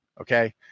Okay